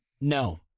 No